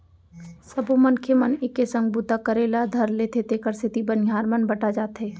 सबो मनखे मन एके संग बूता करे ल धर लेथें तेकर सेती बनिहार मन बँटा जाथें